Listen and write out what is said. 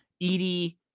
Edie